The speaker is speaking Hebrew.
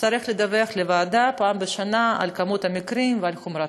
תצטרך לדווח לוועדה פעם בשנה על מספר המקרים ועל חומרתם,